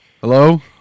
Hello